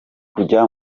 kujya